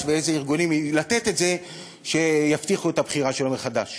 ולאיזה ארגונים שיבטיחו את הבחירה שלו מחדש